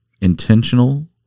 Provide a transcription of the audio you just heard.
intentional